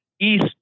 east